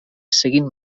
seguint